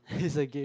is a game